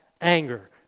anger